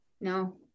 No